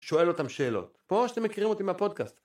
שואל אותם שאלות. כמו שאתם מכירים אותי מהפודקאסט.